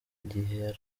gihe